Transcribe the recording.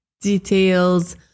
details